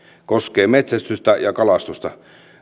koskee metsästystä ja kalastusta